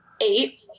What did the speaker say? Eight